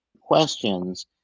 questions